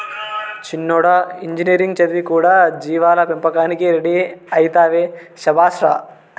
చిన్నోడా ఇంజనీరింగ్ చదివి కూడా జీవాల పెంపకానికి రెడీ అయితివే శభాష్ రా